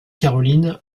caroline